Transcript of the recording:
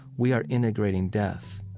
we are integrating death,